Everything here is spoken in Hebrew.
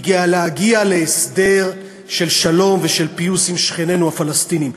היא להגיע להסדר של שלום ושל פיוס עם שכנינו הפלסטינים.